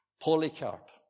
Polycarp